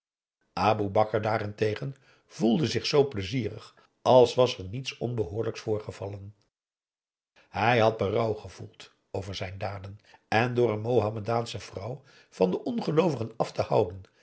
aboe bakar daarentegen voelde zich zoo plezierig als was er niets onbehoorlijks voorgevallen ij had berouw gevoeld over zijn daden en door een mohammedaansche vrouw van de ongeloovigen af te houden